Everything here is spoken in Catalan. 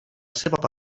seva